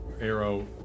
arrow